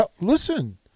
Listen